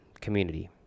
community